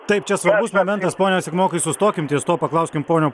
taip čia svarbus momentas pone sekmokai sustokim ties tuo paklauskim pono